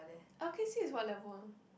L_K_C is what level ah